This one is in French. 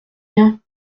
rien